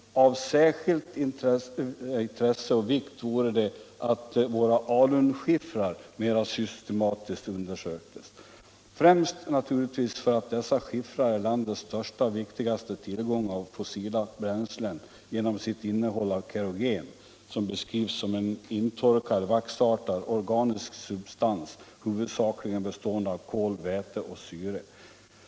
Av särskild vikt vore att våra alunskiffrar mera systematiskt undersöktes, främst naturligtvis för att dessa skiffrar är landets största och viktigaste tillgång av fossila bränslen genom sitt innehåll av kerogen, som beskrivs som en intorkad, vaxartad, organisk substans huvudsakligen bestående av kol, väte och syre.